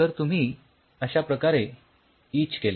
तर तुम्ही अश्या प्रकारे इच केले